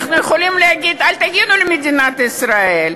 אנחנו יכולים להגיד: אל תגיעו למדינת ישראל?